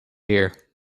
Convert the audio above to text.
here